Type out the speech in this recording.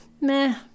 meh